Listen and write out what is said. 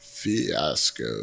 Fiasco